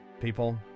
people